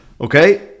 Okay